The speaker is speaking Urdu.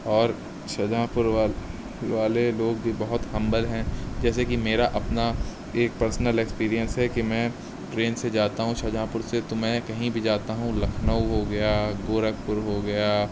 اور شاہجہاں پور والے لوگ بھی بہت ہمبل ہیں جیسے کہ میرا اپنا ایک پرسنل ایکسپیرینس ہے کہ میں ٹرین سے جاتا ہوں شاہجہاں پور سے تو میں کہیں بھی جاتا ہوں لکھنؤ ہو گیا گورکھپور ہو گیا